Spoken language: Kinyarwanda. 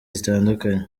zitandukanye